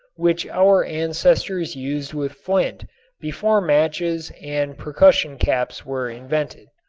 which our ancestors used with flint before matches and percussion caps were invented.